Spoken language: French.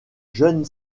jeune